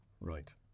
Right